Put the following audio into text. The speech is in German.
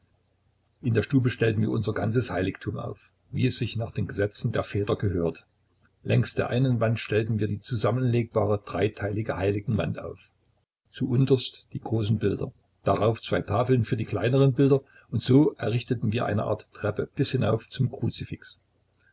in der stube stellten wir unser ganzes heiligtum auf wie es sich nach dem gesetz der väter gehört längs der einen wand stellten wir die zusammenlegbare dreiteilige heiligenwand auf zu unterst die großen bilder darauf zwei tafeln für die kleineren bilder und so errichteten wir eine art treppe bis hinauf zum kruzifix